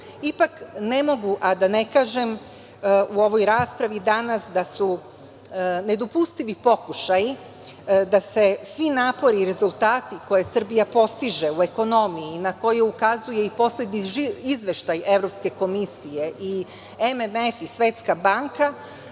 građana. Ne mogu a da ne kažem u ovoj raspravi danas da su nedopustivi pokušaji da se svi napori i rezultati koje Srbija postiže u ekonomiji i na koju ukazuje i poslednji izveštaj Evropske komisije i MMF i Svetska banka,